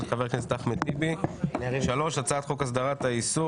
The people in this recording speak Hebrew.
של חבר הכנסת אחמד טיבי; 3. הצעת חוק הסדרת העיסוק